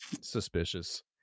suspicious